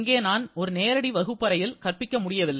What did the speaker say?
இங்கே நான் ஒரு நேரடி வகுப்பறையில் கற்பிக்க முடியவில்லை